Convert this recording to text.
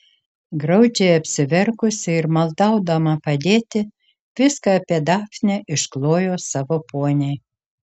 graudžiai apsiverkusi ir maldaudama padėti viską apie dafnę išklojo savo poniai